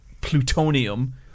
plutonium